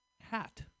hat